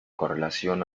correlación